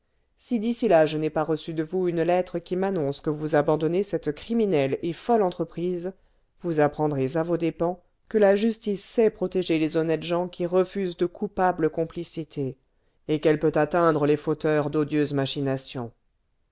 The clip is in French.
si d'ici là je n'ai pas reçu de vous une lettre qui m'annonce que vous abandonnez cette criminelle et folle entreprise vous apprendrez à vos dépens que la justice sait protéger les honnêtes gens qui refusent de coupables complicités et qu'elle peut atteindre les fauteurs d'odieuses machinations